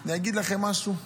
אני אגיד לכם משהו,